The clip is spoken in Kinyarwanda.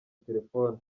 telefoni